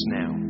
now